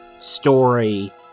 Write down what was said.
story